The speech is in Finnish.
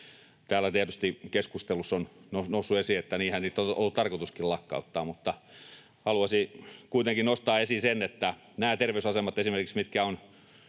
Täällä tietysti keskustelussa on noussut esiin, että niinhän niitä on ollut tarkoituskin lakkauttaa, mutta haluaisin kuitenkin nostaa esiin, että esimerkiksi näillä terveysasemilla, mitkä on